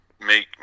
make